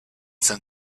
some